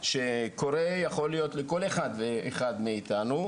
שקורה יכול להיות לכל אחד ואחד מאיתנו,